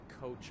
Coach